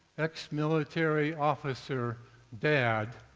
ex-military officer dad,